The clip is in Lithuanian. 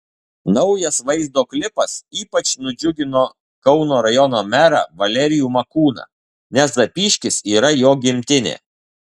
naujas vaizdo klipas ypač nudžiugino kauno rajono merą valerijų makūną nes zapyškis yra jo gimtinė